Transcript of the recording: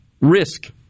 risk